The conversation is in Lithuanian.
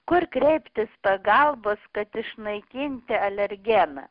kur kreiptis pagalbos kad išnaikinti alergeną